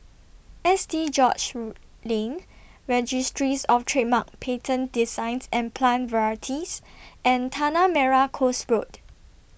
S T George's Lane Registries of Trademarks Patents Designs and Plant Varieties and Tanah Merah Coast Road